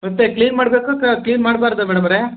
ಮತ್ತೆ ಕ್ಲೀನ್ ಮಾಡಬೇಕಾ ಕ ಕ್ಲೀನ್ ಮಾಡಬಾರ್ದಾ ಮೇಡಮವ್ರೇ